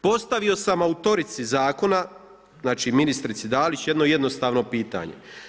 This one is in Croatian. Postavio sam autorici zakona, znači ministrici Dalić jedno jednostavno pitanje.